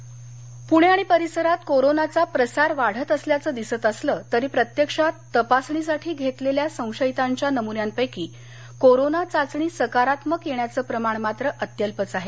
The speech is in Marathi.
कोरोना प्रमाण पुणे आणि परिसरात कोरोनाचा प्रसार वाढत असल्याचं दिसत असलं तरी प्रत्यक्षात तपासणीसाठी घेतलेल्या संशयितांच्या नमून्यांपैकी कोरोना चाचणी सकारात्मक येण्याचं प्रमाण मात्र अत्यल्पच आहे